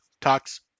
talks